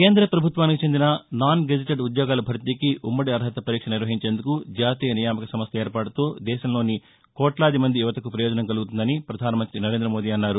కేంద్రప్రభుత్వానికి చెందిన non gazetted ఉద్యోగాల భర్తీకి ఉమ్మడి అర్హత పరీక్ష నిర్వహించేందుకు జాతీయ నియామక సంస్థ ఏర్పాటుతో దేశంలోని కోట్లాది మంది యువతకు ప్రయోజనం కలగనుందని ప్రధానమంత్రి నరేంద్రమోదీ అన్నారు